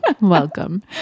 Welcome